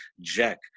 jack